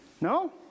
No